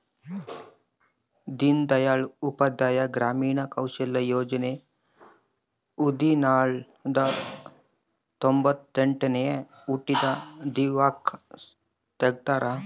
ದೀನ್ ದಯಾಳ್ ಉಪಾಧ್ಯಾಯ ಗ್ರಾಮೀಣ ಕೌಶಲ್ಯ ಯೋಜನೆ ದೀನ್ದಯಾಳ್ ರ ತೊಂಬೊತ್ತೆಂಟನೇ ಹುಟ್ಟಿದ ದಿವ್ಸಕ್ ತೆಗ್ದರ